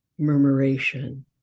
murmuration